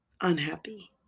unhappy